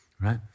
right